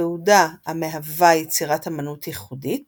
תעודה המהווה יצירת אמנות ייחודית